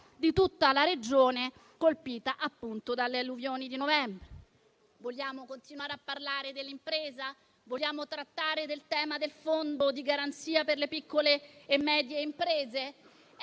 di tutta la Regione, colpita appunto dalle alluvioni di novembre. Vogliamo continuare a parlare dell'impresa? Vogliamo trattare del tema del fondo di garanzia per le piccole e medie imprese?